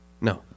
No